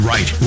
Right